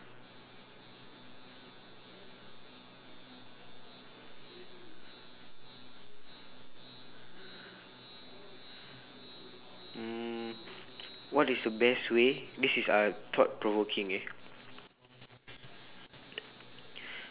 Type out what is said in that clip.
mm what is the best way this is uh thought-provoking eh